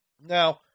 Now